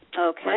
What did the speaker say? Okay